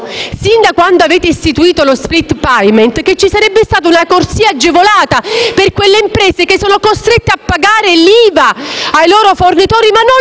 fin da quando avete istituito lo *split payment*, che ci sarebbe stata una corsia agevolata per le imprese costrette a pagare l'IVA ai loro fornitori, ma che non la incassano